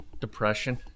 depression